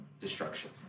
destruction